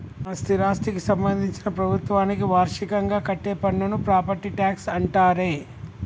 మన స్థిరాస్థికి సంబందించిన ప్రభుత్వానికి వార్షికంగా కట్టే పన్నును ప్రాపట్టి ట్యాక్స్ అంటారే